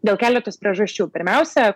dėl keletos priežasčių pirmiausia